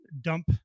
dump